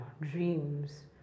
dreams